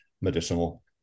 medicinal